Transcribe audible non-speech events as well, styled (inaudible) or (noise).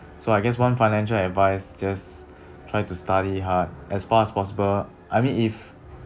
so I guess one financial advice just (breath) try to study hard as far as possible I mean if